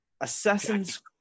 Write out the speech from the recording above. Assassin's